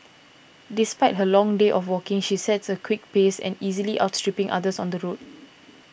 despite her long day of walking she sets a quick pace and easily outstripping others on the road